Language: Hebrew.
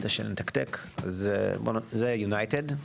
זה יונייטד.